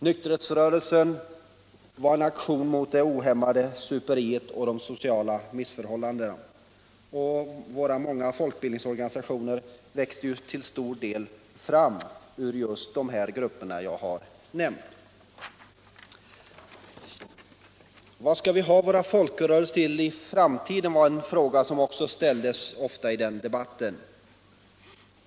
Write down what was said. Nykterhetsrörelsen var en aktion mot det ohämmade superiet och de sociala missförhållandena. Våra många folkbildningsorganisationer växte ju till stor del fram ur dessa grupper som jag har nämnt. En fråga som också ställdes ofta i debatten var: Vad skall vi ha våra folkrörelser till i framtiden?